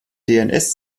dns